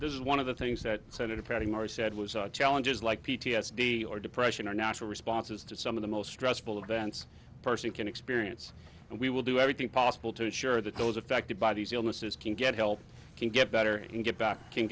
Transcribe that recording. this is one of the things that senator patty murray said was challenges like p t s d or depression or natural responses to some of the most stressful events a person can experience and we will do everything possible to assure that those affected by these illnesses can get help can get better and get back can